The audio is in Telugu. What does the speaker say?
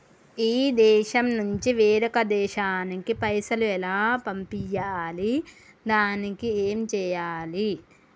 ఈ దేశం నుంచి వేరొక దేశానికి పైసలు ఎలా పంపియ్యాలి? దానికి ఏం చేయాలి?